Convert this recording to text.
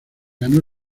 ganó